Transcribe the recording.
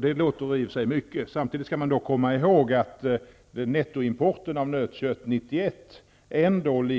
Det låter mycket, men man skall samtidigt komma ihåg att nettoimporten av nötkött 1991 ändå var